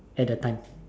at the time